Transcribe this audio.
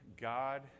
God